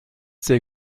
sehr